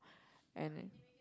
and then